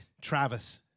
Travis